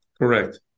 Correct